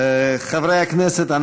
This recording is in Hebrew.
חברי הכנסת,